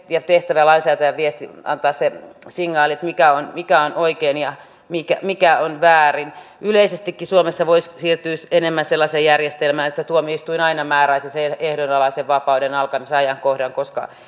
ja tehtävä lainsäätäjän viesti antaa se signaali mikä on oikein ja mikä mikä on väärin yleisestikin suomessa voisi siirtyä enemmän sellaiseen järjestelmään että tuomioistuin aina määräisi sen ehdonalaisen vapauden alkamisajankohdan koska